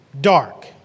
dark